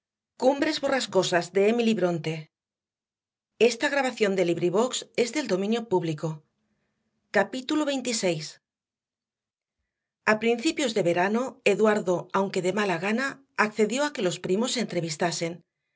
a principios de verano eduardo aunque de mala gana accedió a que los primos se entrevistasen